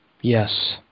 Yes